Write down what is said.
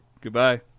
Goodbye